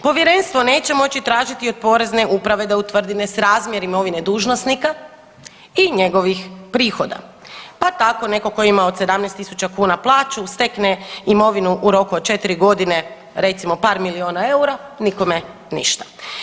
Povjerenstvo neće moći tražiti od Porezne uprave da utvrdi nesrazmjer imovine dužnosnika i njegovih prihoda, pa tako netko tko je imao 17000 kuna plaću stekne imovinu u roku od 4 godine recimo par milijuna eura nikome ništa.